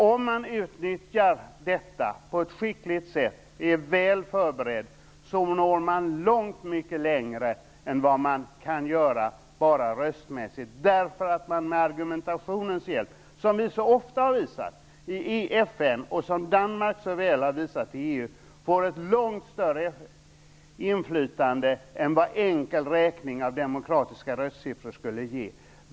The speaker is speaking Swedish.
Om man utnyttjar detta på ett skickligt sätt och är väl förberedd når man mycket längre än man kan göra bara röstmässigt, därför att man med argumentationens hjälp - det har vi ofta visat i FN och Danmark har visat det i EU - får ett långt större inflytande än vad enkel räkning av demokratiska röstsiffror skulle ge.